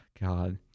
God